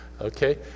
okay